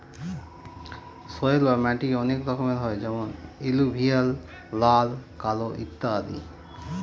soil বা মাটি অনেক রকমের হয় যেমন এলুভিয়াল, লাল, কালো ইত্যাদি